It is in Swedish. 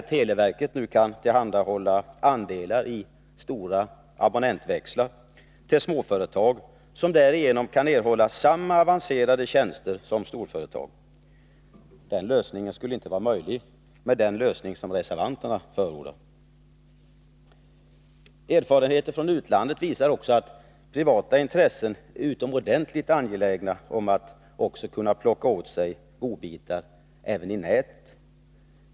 Televerket kan numera tillhandahålla andelar i stora abonnentväxlar till småföretag, som därigenom kan erhålla samma avancerade tjänster som storföretag. Det skulle inte vara möjligt med den lösning som reservanterna förordar. Erfarenheter från utlandet visar också att privata intressen är utomordentligt angelägna om att kunna plocka åt sig godbitar även när det gäller nätet.